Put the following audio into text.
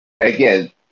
again